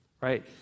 right